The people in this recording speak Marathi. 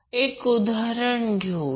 एक उदाहरण बघुया